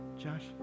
Josh